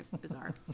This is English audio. bizarre